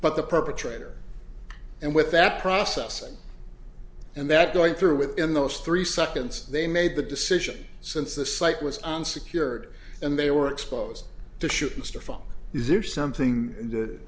but the perpetrator and with that process and that going through within those three seconds they made the decision since the site was on secured and they were exposed to shoot mr fung is there something that